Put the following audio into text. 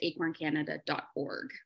acorncanada.org